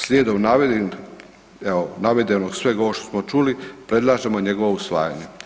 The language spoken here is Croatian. Slijedom navedenog, evo navedenog i svega ovoga što smo čuli predlažemo njegovo usvajanje.